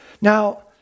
Now